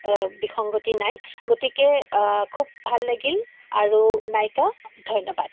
বিসংগতি নাই গতিকে খুব ভাল লাগিল আৰু নাইকা ধন্যবাদ